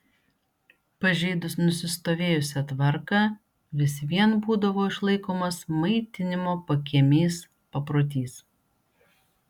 pažeidus nusistovėjusią tvarką vis vien būdavo išlaikomas maitinimo pakiemiais paprotys